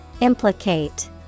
Implicate